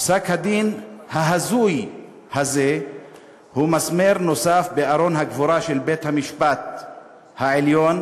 פסק-הדין ההזוי הזה הוא מסמר נוסף בארון הקבורה של בית-המשפט העליון,